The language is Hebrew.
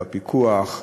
בפיקוח,